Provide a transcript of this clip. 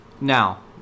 now